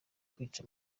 kwica